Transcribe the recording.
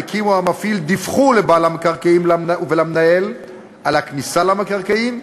המקים או המפעיל דיווחו לבעל המקרקעין ולמנהל על הכניסה למקרקעין,